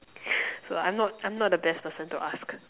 so I'm not I'm not the best person to ask